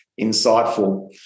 insightful